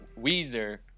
Weezer